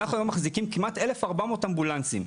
אנחנו היום מחזיקים כמעט 1,400 אמבולנסים.